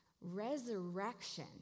Resurrection